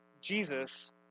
jesus